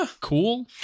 cool